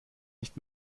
nicht